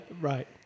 right